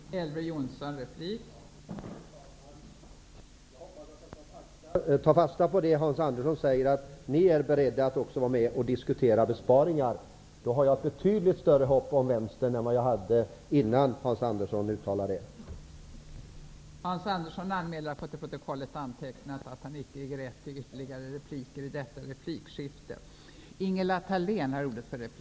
Fru talman! Jag hoppas att jag kan ta fasta på det Hans Andersson säger, att man i Vänsterpartiet är beredd att också vara med om att diskutera besparingar. Då har jag betydligt större hopp om Vänstern än vad jag hade innan Hans Andersson uttalat det han har sagt nu.